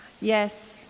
Yes